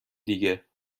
دیگه